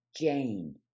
Jane